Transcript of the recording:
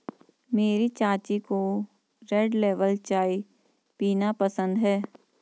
मेरी चाची को रेड लेबल चाय पीना पसंद है